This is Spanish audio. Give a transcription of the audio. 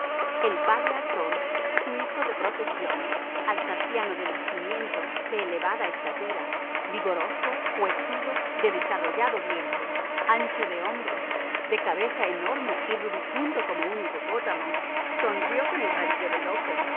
el padre altorf suizo de profesión alsaciano de nacimiento de elevada estatura vigoroso huesudo de desarrollado vientre ancho de hombros de cabeza enorme y rubicundo como un hipopótamo sonrió con el rabillo del ojo